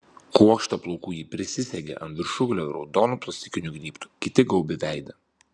kuokštą plaukų ji prisisegė ant viršugalvio raudonu plastikiniu gnybtu kiti gaubė veidą